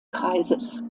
kreises